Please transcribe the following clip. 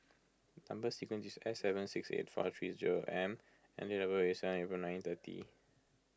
Number Sequence is S seven six eight four three zero M and date of birth is seven April nineteen thirty